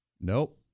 Nope